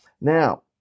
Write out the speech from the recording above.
now